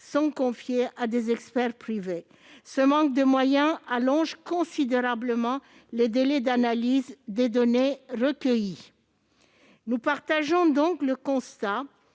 sont confiées à des experts privés. Ce manque de moyens allonge considérablement les délais d'analyse des données recueillies. Nous partageons donc le constat